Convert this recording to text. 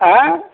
ಹಾಂ